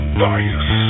bias